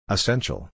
Essential